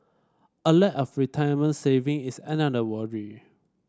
a lack of retirement saving is another worry